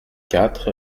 quatre